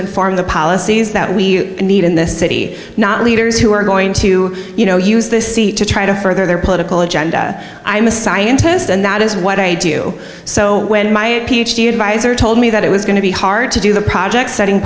inform the policies that we need in this city not leaders who are going to use this seat to try to further their political agenda i'm a scientist and that is what i do so when my ph d advisor told me that it was going to be hard to do the project setting